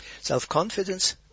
Self-confidence